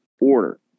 order